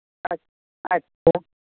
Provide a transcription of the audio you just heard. अच अच्छा